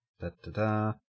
Da-da-da